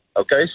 okay